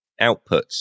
outputs